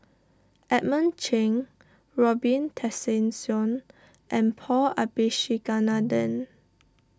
Edmund Cheng Robin Tessensohn and Paul Abisheganaden